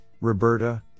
Roberta